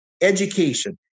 education